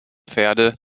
pferde